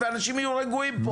ואנשים יהיו רגועים פה?